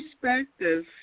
perspective